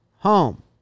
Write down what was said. Home